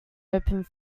open